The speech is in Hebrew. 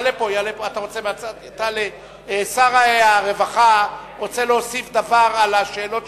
שר הרווחה רוצה להוסיף דבר על השאלות